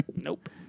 Nope